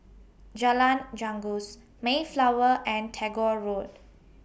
Jalan Janggus Mayflower and Tagore Road